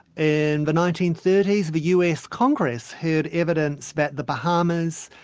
and the nineteen thirty s, the us congress heard evidence that the bahamas,